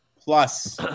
plus